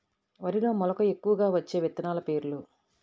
వరిలో మెలక ఎక్కువగా వచ్చే విత్తనాలు పేర్లు?